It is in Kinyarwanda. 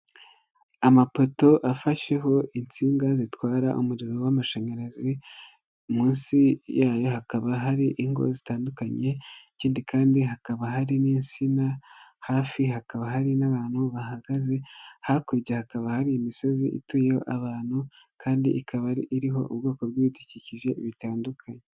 Amapoto afasheho insinga zitwara umuriro w'amashanyarazi, munsi yayo hakaba hari ingo zitandukanye, ikindi kandi hakaba hari n'insina, hafi hakaba hari n'abantu bahagaze, hakurya hakaba hari imisozi ituyeho abantu, kandi ikaba iriho ubwoko bw'ibidukikije bitandukanye.